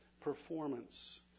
performance